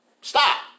Stop